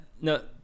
no